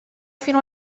fino